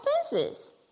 expenses